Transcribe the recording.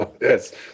Yes